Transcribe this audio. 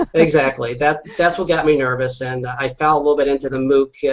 ah exactly. that's that's what got me nervous. and i fell a little bit into the mooc yeah